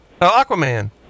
Aquaman